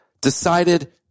decided